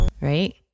right